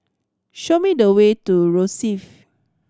show me the way to Rosyth